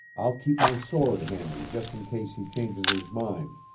i'll keep my sword handy, just in case he changes his mind,